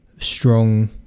strong